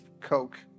Coke